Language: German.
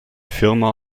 firma